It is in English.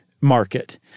market